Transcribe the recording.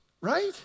Right